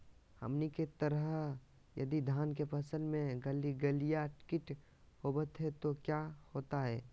हमनी के तरह यदि धान के फसल में गलगलिया किट होबत है तो क्या होता ह?